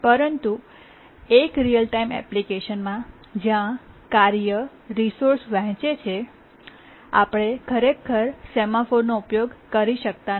પરંતુ એક real time એપ્લિકેશનમાં જ્યાં કાર્ય રિસોર્સ વહેંચે છે આપણે ખરેખર સેમાફોરનો ઉપયોગ કરી શકતા નથી